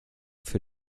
für